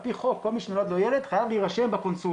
על פי חוק כל מי שנולד לו ילד חייב להירשם בקונסוליה,